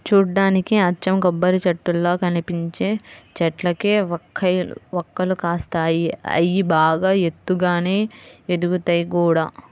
చూడ్డానికి అచ్చం కొబ్బరిచెట్టుల్లా కనిపించే చెట్లకే వక్కలు కాస్తాయి, అయ్యి బాగా ఎత్తుగానే ఎదుగుతయ్ గూడా